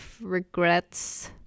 regrets